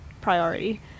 priority